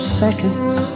seconds